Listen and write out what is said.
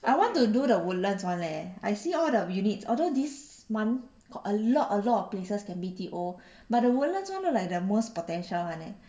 I want to do the woodlands one leh I see all the units although this month got a lot a lot of places can B_T_O but the woodlands one look like the most potential one leh